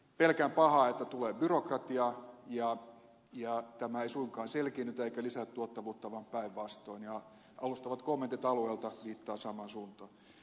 pelkään pahoin että tulee byrokratiaa ja tämä ei suinkaan selkiinnytä eikä lisää tuottavuutta vaan päinvastoin ja alustavat kommentit alueilta viittaavat samaan suuntaan